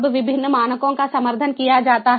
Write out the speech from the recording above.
अब विभिन्न मानकों का समर्थन किया जाता है